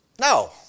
No